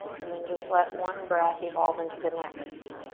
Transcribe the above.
and then just let one breath evolve into the next.